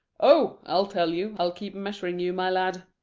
oh! i'll tell you, i'll keep measuring you, my lad.